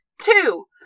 Two